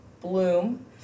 bloom